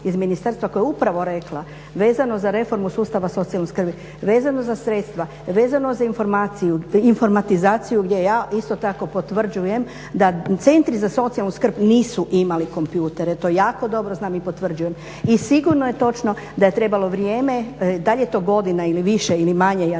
iz ministarstva koja je upravo rekla vezano za reformu sustava socijalne skrbi, vezano za sredstva, vezano za informaciju, informatizaciju gdje ja isto tako potvrđujem da Centri za socijalnu skrb nisu imali kompjutere. To jako dobro znam i potvrđujem. I sigurno je točno da je trebalo vrijeme. Da li je to godina ili više ili manje, ja ne